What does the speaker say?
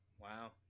Wow